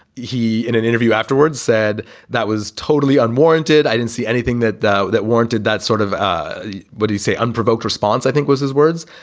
he in an interview afterwards said that was totally unwarranted. i didn't see anything that that that warranted that sort of what do you say unprovoked response, i think, was his words.